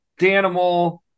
Danimal